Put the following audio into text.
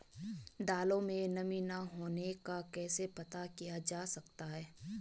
दालों में नमी न होने का कैसे पता किया जा सकता है?